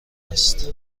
است